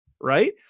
Right